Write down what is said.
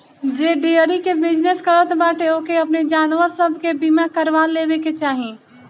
जे डेयरी के बिजनेस करत बाटे ओके अपनी जानवर सब के बीमा करवा लेवे के चाही